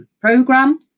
program